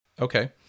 Okay